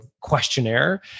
questionnaire